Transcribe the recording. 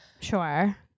Sure